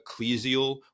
ecclesial